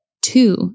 two